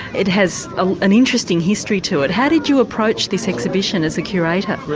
it has ah an interesting history to it. how did you approach this exhibition as a curator?